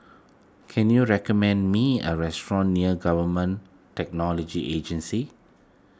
can you recommend me a restaurant near Government Technology Agency